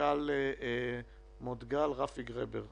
ומנכ"ל "מודגל", רפי גרבר.